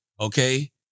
okay